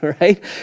right